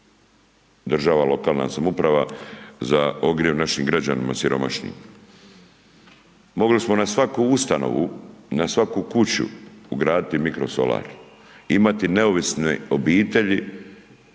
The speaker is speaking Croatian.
država, lokalna samouprava, za ogrjev našim građanima siromašnim. Mogli smo na svaku ustanovu, na svaku kuću ugraditi mikrosolar, imati neovisne obitelji